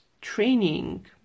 training